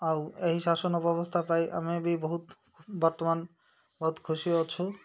ଆଉ ଏହି ଶାସନ ବ୍ୟବସ୍ଥା ପାଇ ଆମେ ବି ବହୁତ ବର୍ତ୍ତମାନ ବହୁତ ଖୁସି ଅଛୁ